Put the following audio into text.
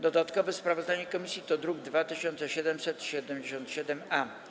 Dodatkowe sprawozdanie komisji to druk nr 2777-A.